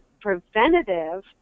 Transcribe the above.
preventative